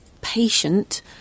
patient